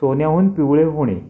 सोन्याहून पिवळे होणे